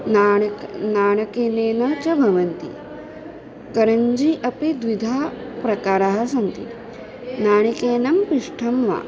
नाणक नाणकेन च भवन्ति करञ्जी अपि द्विधा प्रकाराः सन्ति नाणकेनं पिष्ठं वा